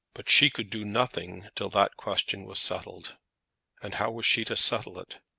but she could do nothing till that question was settled and how was she to settle it?